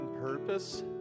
purpose